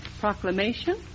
Proclamation